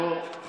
תודה רבה.